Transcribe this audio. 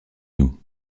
nous